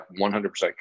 100%